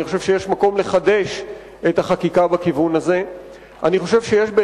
אני חושב שיש מקום לחדש את החקיקה בכיוון הזה.